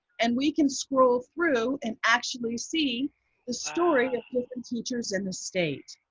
and we can scroll through and actually see the story of different teachers in the state.